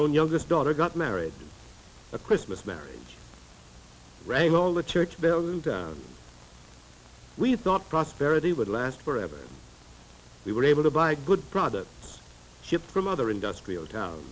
own youngest daughter got married a christmas marriage right all the church bells and we thought prosperity would last forever we were able to buy good products shipped from other industrial town